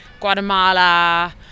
Guatemala